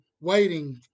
Waiting